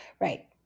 Right